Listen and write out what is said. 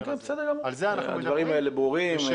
כן, בסדר גמור, הדברים האלה ברורים.